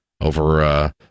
over